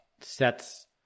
sets